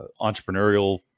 entrepreneurial